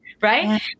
right